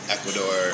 Ecuador